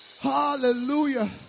Hallelujah